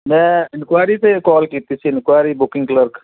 ਮੈਂ ਇਨਕੁਆਇਰੀ 'ਤੇ ਕਾਲ ਕੀਤੀ ਸੀ ਇਨਕੁਆਇਰੀ ਬੁਕਿੰਗ ਕਲਰਕ